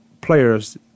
players